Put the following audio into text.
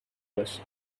باشی